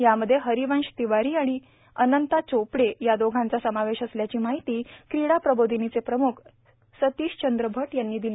यामध्ये हरिवंश तिवारी आणि अनंता चोपडे या दोघांचा समावेश असल्याची माहिती क्रीडा प्रबोधनीचे प्रम्ख सतीशचंद्र भट यांनी दिली